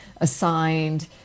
assigned